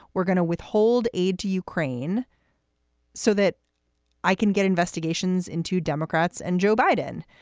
we're going to withhold aid to ukraine so that i can get investigations into democrats and joe biden.